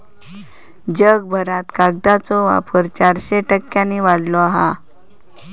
जगभरात कागदाचो वापर चारशे टक्क्यांनी वाढलो हा